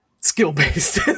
skill-based